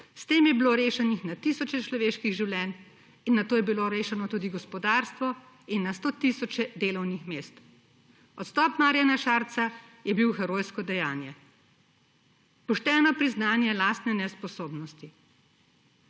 S tem je bilo rešenih na tisoče človeških življenj in nato je bilo rešeno tudi gospodarstvo in na stotisoče delovnih mest. Odstop Marjana Šarca je bil herojsko dejanje, pošteno priznanje lastne nesposobnosti.